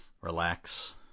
relax